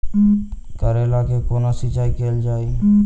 करैला केँ कोना सिचाई कैल जाइ?